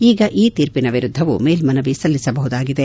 ಈಗ ಈ ತೀರ್ಪಿನ ವಿರುದ್ದವು ಮೇಲ್ಮನವಿ ಸಲ್ಲಿಸಬಹುದಾಗಿದೆ